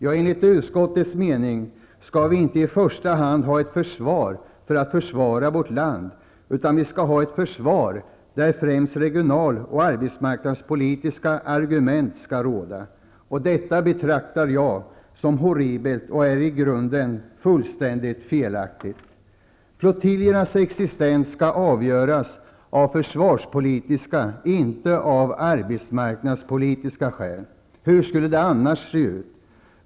Jo, enligt utskottets mening skall vi inte i första hand ha ett försvar för att försvara vårt land, utan vi skall ha ett försvar där främst regional och arbetsmarknadspolitiska argument skall råda. Detta betraktar jag som horribelt. Det är i grunden fullständigt felaktigt. Flottiljernas existens skall avgöras av försvarspolitiska skäl och inte av arbetsmarknadspolitiska skäl. Hur kommer det annars att se ut?